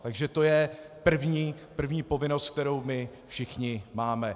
Takže to je první povinnost, kterou my všichni máme.